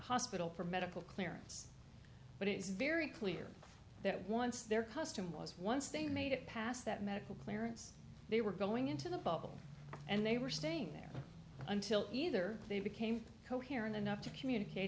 hospital for medical clearance but it's very clear that once their custom was once they made it past that medical clearance they were going into the bubble and they were staying there until either they became coherent enough to communicate